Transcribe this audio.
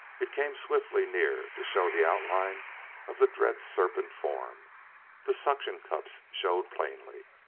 it came swiftly near to show the outline of the dread serpent form the suction cups showed plainly.